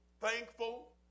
thankful